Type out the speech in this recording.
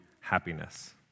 happiness